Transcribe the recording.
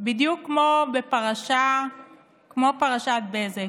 בדיוק כמו פרשת בזק,